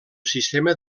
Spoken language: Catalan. sistema